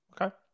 Okay